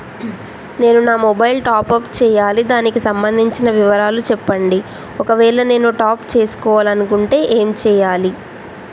నేను నా mobile top up చేయాలి దానికి సంబంధించిన వివరాలు చెప్పండి ఒకవేళ నేను టాప్ చేసుకోవాలనుకుంటే ఏం చేయాలి?